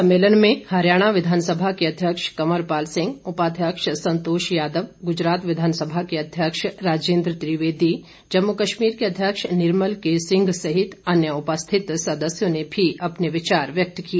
सम्मेलन में हरियाणा विधानसभा के अध्यक्ष कंवर पाल सिंह उपाध्यक्ष संतोष यादव गुजरात विधानसभा के अध्यक्ष राजेन्द्र त्रिवेदी जम्मू कश्मीर के अध्यक्ष निर्मल के सिंह सहित अन्य उपस्थित सदस्यों ने भी अपने विचार व्यक्त किए